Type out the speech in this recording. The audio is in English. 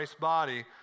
body